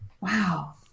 Wow